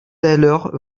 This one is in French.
d’alors